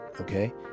okay